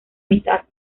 mitad